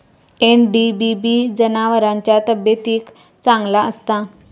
NDBB जनावरांच्या तब्येतीक चांगला असता